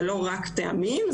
זה לא רק טעמים,